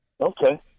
okay